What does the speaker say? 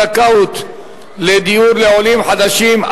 זכאות לדיור לעולים חדשים),